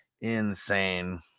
insane